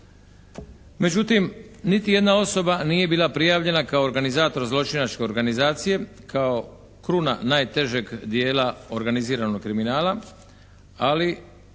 Međutim niti jedna osoba nije bila prijavljena kao organizator zločinačke organizacije, kao kruna najtežeg dijela organiziranog kriminala, ali